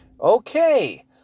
Okay